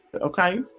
Okay